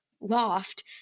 loft